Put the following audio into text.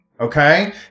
okay